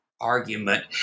argument